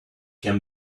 can